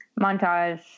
montage